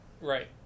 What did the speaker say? Right